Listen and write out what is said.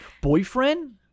boyfriend